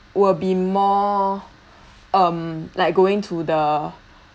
will be more um like going to the